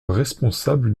responsable